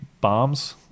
bombs